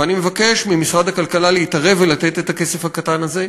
ואני מבקש ממשרד הכלכלה להתערב ולתת את הכסף הקטן הזה.